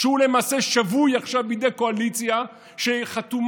שהוא למעשה שבוי עכשיו בידי קואליציה שחתומה,